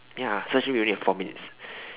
ya so actually we only have four minutes